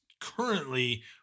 currently